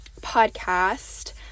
podcast